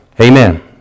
Amen